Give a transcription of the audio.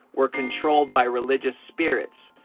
were controlled by religious spirits!